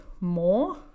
more